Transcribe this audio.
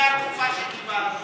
זו הקופה שקיבלנו.